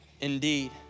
indeed